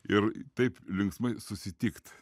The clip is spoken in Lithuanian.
ir taip linksmai susitikt